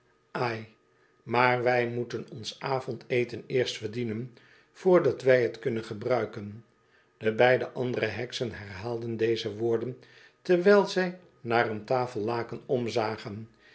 ai maar wij moeten ons avondeten eerst verdienen voordat wij t kunnen gebruiken de beide andere heksen herhaalden deze woorden terwijl zij naar een tafellaken omzagen